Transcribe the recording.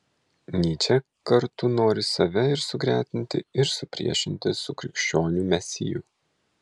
nyčė kartu nori save ir sugretinti ir supriešinti su krikščionių mesiju